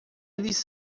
eles